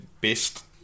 best